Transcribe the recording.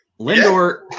Lindor